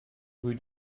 rue